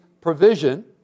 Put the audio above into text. provision